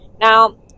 Now